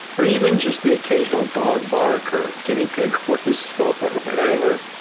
or even just the occasional dog bark or guinea pig whistle or whatever,